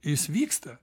jis vyksta